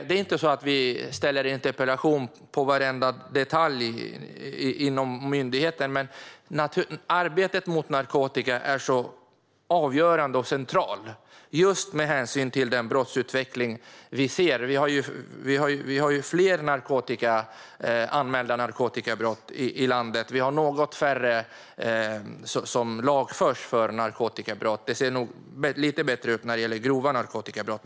Vi interpellerar inte om varenda detalj i myndigheten, men arbetet mot narkotika är så avgörande och centralt i den brottsutveckling vi ser. Vi har fått fler anmälda narkotikabrott i landet medan något färre lagförs för narkotikabrott. Det ser lite bättre ut när det gäller grova narkotikabrott.